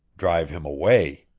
drive him away!